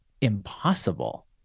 impossible